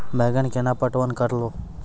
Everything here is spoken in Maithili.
बैंगन केना पटवन करऽ लो?